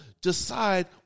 decide